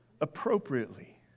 appropriately